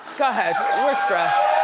go ahead, we're stressed.